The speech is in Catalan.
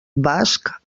basc